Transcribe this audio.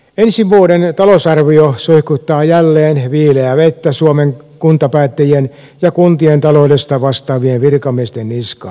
ensi vuoden talousarvio suihkuttaa jälleen viileää vettä suomen kuntapäättäjien ja kuntien taloudesta vastaavien virkamiesten niskaan